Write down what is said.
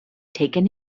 taken